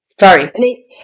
Sorry